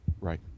Right